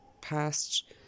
past